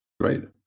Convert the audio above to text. Great